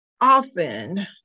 often